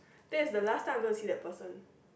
that is the last time I'm going to see that person